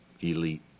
elite